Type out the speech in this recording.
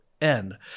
end